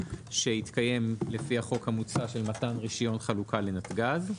שיתקיים לפי החוק המוצע של מתן רישיונות חלוקה לנתג"ז.